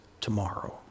tomorrow